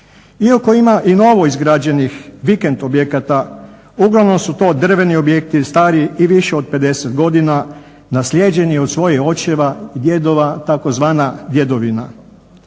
Iako ima i novo izgrađenih vikend objekata uglavnom su to drveni objekti, stari i više od 50 godina, naslijeđeni od svojih očeva, djedova tzv. djedovina.